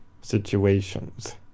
situations